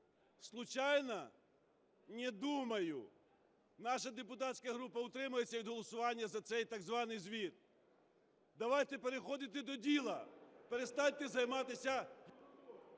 случайно? Не думаю. Наша депутатська група утримається від голосування за цей так званий звіт. Давайте переходити до діла, перестаньте займатися…